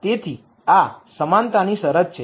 તેથી આ સમાનતાની શરત છે